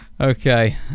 okay